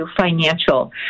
financial